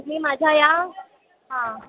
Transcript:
तुम्ही माझ्या या हां